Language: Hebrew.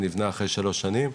שנבנה אחרי שלוש שנים,